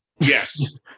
Yes